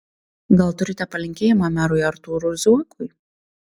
gal turite palinkėjimą merui artūrui zuokui